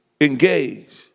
engage